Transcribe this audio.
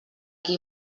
qui